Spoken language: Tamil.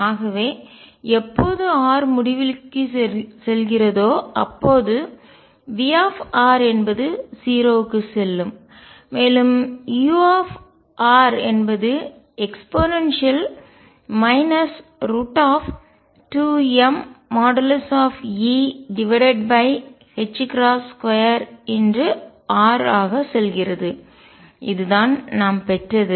ஆகவே எப்போது r முடிவிலிக்குச் செல்கிறதோ அப்போது V என்பது 0 க்குச் செல்லும் மேலும் u என்பது e 2mE2r ஆக செல்கிறது இது தான் நாம் பெற்றது